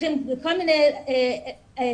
כל מיני עזרה,